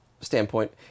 standpoint